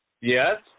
Yes